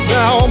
Now